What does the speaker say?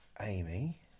Amy